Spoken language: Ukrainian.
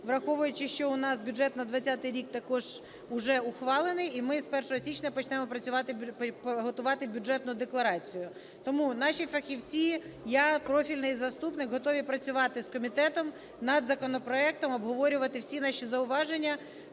враховуючи, що у нас бюджет на 20-й рік також уже ухвалений і ми з 1 січня почнемо працювати, готувати Бюджетну декларацію. Тому наші фахівці, я, профільний заступник готові працювати з комітетом над законопроектом, обговорювати всі наші зауваження.